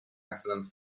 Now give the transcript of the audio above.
excellent